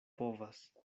povas